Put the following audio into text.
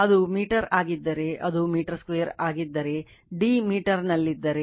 ಅದು ಮೀಟರ್ ಆಗಿದ್ದರೆ ಅದು ಮೀಟರ್ 2 ಆಗಿದ್ದರೆ d ಮೀಟರ್ನಲ್ಲಿದ್ದರೆ